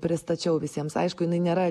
pristačiau visiems aišku jinai nėra